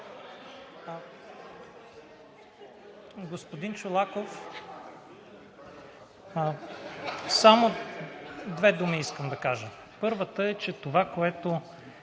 Господин Чолаков, само две думи искам да кажа. Първата е, че това, което